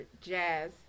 jazz